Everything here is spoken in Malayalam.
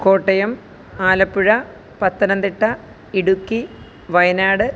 കോട്ടയം ആലപ്പുഴ പത്തനംതിട്ട ഇടുക്കി വയനാട്